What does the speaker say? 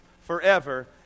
forever